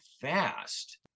fast